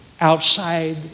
outside